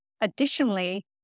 Additionally